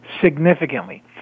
significantly